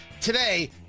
Today